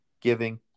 giving